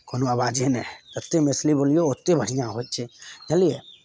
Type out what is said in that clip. कोनो आबाजे नहि हय जतेक मैथिली बोलियौ ओतेक बढ़िआँ होइ छै जनलियै